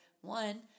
one